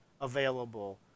available